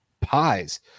pies